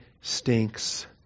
stinks